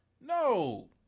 No